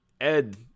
Ed